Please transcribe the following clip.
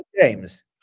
james